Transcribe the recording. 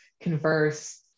converse